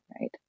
right